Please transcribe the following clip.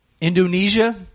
Indonesia